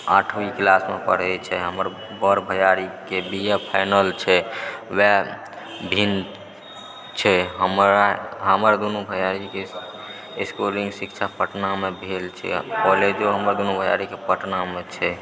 आठवी क्लासमे पढ़ए छै हमर बर भैयारीके बी ए फाइनल छै ओएह भिन्न छै हमरा हमर दुनू भैयारीके इसकुलिङ्ग शिक्षा पटनामे भेल छै कॉलेजो हमर दुनू भैयारीके पटनामे छै